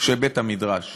שבית-המדרש